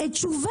תשובה.